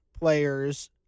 players